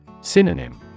Synonym